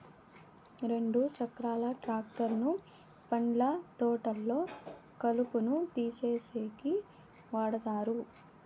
రెండు చక్రాల ట్రాక్టర్ ను పండ్ల తోటల్లో కలుపును తీసేసేకి వాడతారు